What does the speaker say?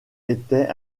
étant